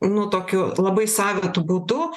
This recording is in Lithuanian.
nu tokiu labai savitu būdu